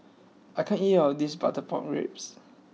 I can't eat all of this Butter Pork Ribs